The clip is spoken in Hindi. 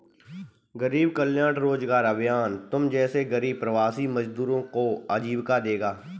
गरीब कल्याण रोजगार अभियान तुम जैसे गरीब प्रवासी मजदूरों को आजीविका देगा